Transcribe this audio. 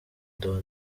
don